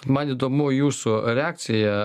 man įdomu jūsų reakcija